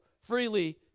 freely